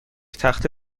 تخته